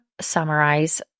summarize